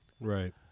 Right